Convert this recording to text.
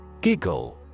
Giggle